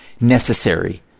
Necessary